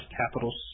capital